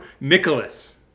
Nicholas